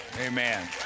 Amen